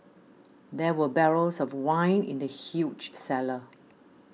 there were barrels of wine in the huge cellar